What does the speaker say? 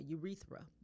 urethra